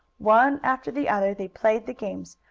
one after the other they played the games,